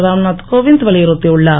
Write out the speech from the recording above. ராம்நாத் கோவிந்த் வலியுறுத்தியுள்ளார்